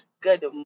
Good